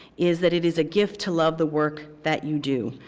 is that it is a gift to love the work that you do.